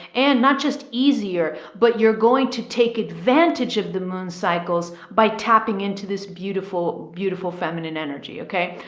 and not just easier, but you're going to take advantage of the moon cycles by tapping into this beautiful, beautiful, feminine energy. okay.